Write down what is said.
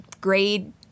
grade